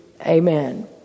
Amen